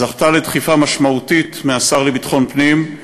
זכתה לדחיפה משמעותית מהשר לביטחון פנים,